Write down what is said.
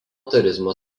turizmo